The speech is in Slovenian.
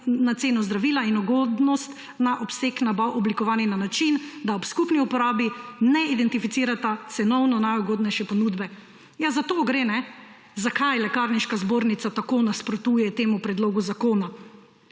na ceno zdravila in ugodnost na obseg nabav oblikovani na način, da ob skupni uporabi ne identificirata cenovno najugodnejše ponudbe. Za to gre. Zakaj Lekarniška zbornica tako nasprotuje temu predlogu zakona?